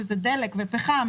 שזה דלק ופחם,